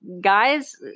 guys